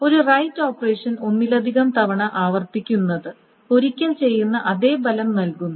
ഒരു write operation ഒന്നിലധികം തവണ ആവർത്തിക്കുന്നത് ഒരിക്കൽ ചെയ്യുന്ന അതേ ഫലം നൽകുന്നു